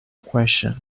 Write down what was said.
question